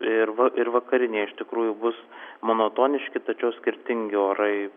ir va ir vakarinėje iš tikrųjų bus monotoniški tačiau skirtingi orai